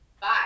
bye